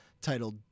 titled